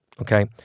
Okay